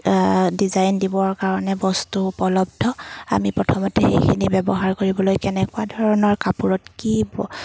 design দিবৰ কাৰণে বস্তু উপলব্ধ আমি প্ৰথমতে সেইখিনি ব্যৱহাৰ কৰিবলৈ কেনেকুৱা ধৰণৰ কাপোৰত কি